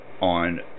on